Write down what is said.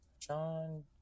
John